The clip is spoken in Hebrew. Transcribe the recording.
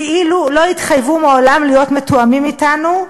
כאילו לא התחייבו מעולם להיות מתואמים אתנו,